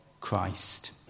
Christ